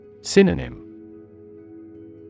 Synonym